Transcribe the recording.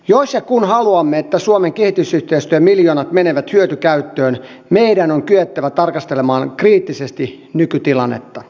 jos ja kun haluamme että suomen kehitysyhteistyömiljoonat menevät hyötykäyttöön meidän on kyettävä tarkastelemaan kriittisesti nykytilannetta